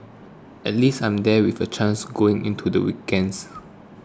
at least I'm there with a chance going into the weekends